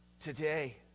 Today